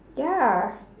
ya